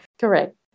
Correct